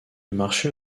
marché